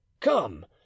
come